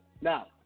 Now